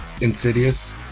Insidious